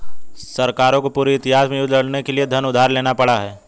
सरकारों को पूरे इतिहास में युद्ध लड़ने के लिए धन उधार लेना पड़ा है